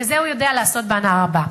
ואת זה הוא יודע לעשות בהנאה רבה.